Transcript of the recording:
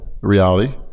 reality